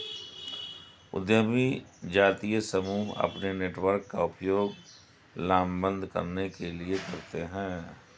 उद्यमी जातीय समूह अपने नेटवर्क का उपयोग लामबंद करने के लिए करते हैं